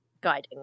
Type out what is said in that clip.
guiding